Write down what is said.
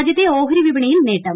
രാജ്യത്തെ ഓഹരി വിപണിയിൽ നേട്ടം